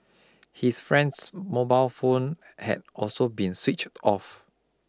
his friend's mobile phone had also been switched off